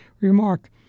Remark